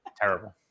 terrible